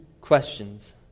questions